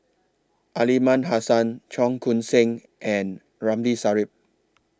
Aliman Hassan Cheong Koon Seng and Ramli Sarip